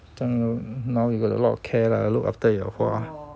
这样 now you got a lot of care lah look after your 花